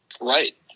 Right